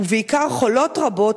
ובעיקר חולות רבות,